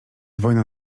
wojna